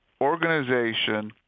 organization